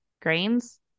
grains